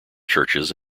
churches